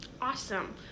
Awesome